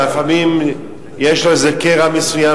ולפעמים יש לו איזה קרע מסוים,